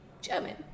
German